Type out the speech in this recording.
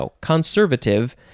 conservative